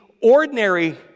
ordinary